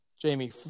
Jamie